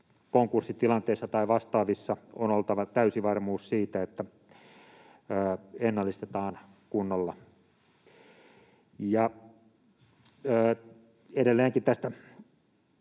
Konkurssitilanteissa tai vastaavissa on oltava täysi varmuus siitä, että ennallistetaan kunnolla. Ja edelleenkin tästä